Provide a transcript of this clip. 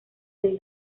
del